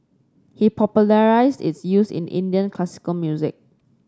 he popularised its use in Indian classical music